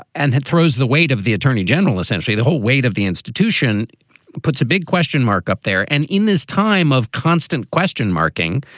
and that throws the weight of the attorney general, essentially the whole weight of the institution puts a big question mark up there. and in this time of constant question marking.